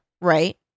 right